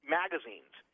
magazines